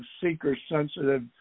seeker-sensitive